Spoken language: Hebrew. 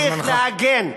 צריך להגן,